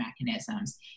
mechanisms